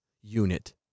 unit